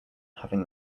having